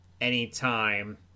anytime